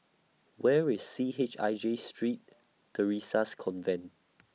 Where IS C H I J Street Theresa's Convent